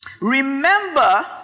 remember